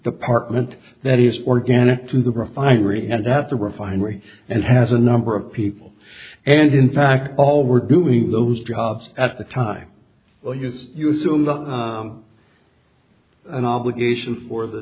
department that is organic to the refinery and that the refinery and has a number of people and in fact all were doing those jobs at the time well yes you soon the an obligation for the